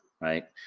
right